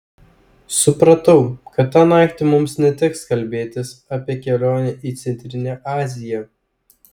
supratau kad tą naktį mums neteks kalbėtis apie kelionę į centrinę aziją